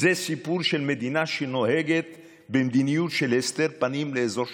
זה סיפור של מדינה שנוהגת במדיניות של הסתר פנים לאזור שלם.